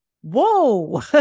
Whoa